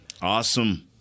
Awesome